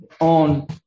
on